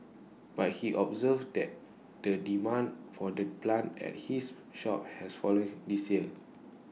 but he observed that the demand for the plant at his shop has fallen this year